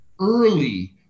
early